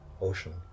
ocean